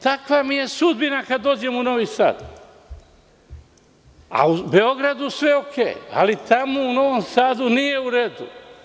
Takva mi je sudbina kad sam u Novom Sadu, a u Beogradu sve okej, ali tamo u Novom Sadu nije u redu.